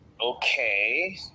Okay